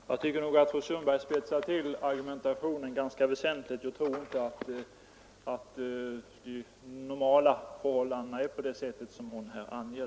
Herr talman! Jag tycker att fru Sundberg spetsar till argumentationen ganska väsentligt. Jag tror inte att de normala förhållandena är sådana som hon här anger.